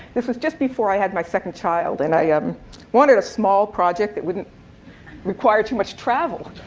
this was just before i had my second child. and i um wanted a small project that wouldn't require too much travel.